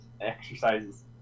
exercises